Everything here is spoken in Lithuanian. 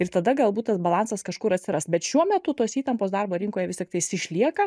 ir tada galbūt tas balansas kažkur atsiras bet šiuo metu tos įtampos darbo rinkoje vis tiktais išlieka